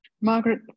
Margaret